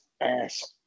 ass